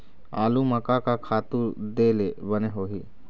आलू म का का खातू दे ले बने होही?